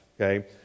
okay